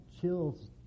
chills